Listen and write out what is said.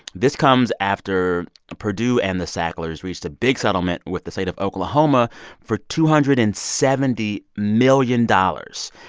this comes after purdue and the sacklers reached a big settlement with the state of oklahoma for two hundred and seventy million dollars.